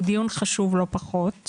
הוא דיון חשוב לא פחות,